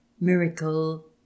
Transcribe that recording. miracle